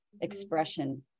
expression